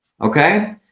Okay